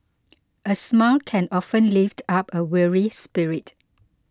a smile can often lift up a weary spirit